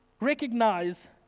recognize